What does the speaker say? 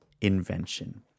invention